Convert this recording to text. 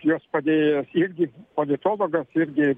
jos padėjėjas irgi politologas irgi